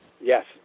Yes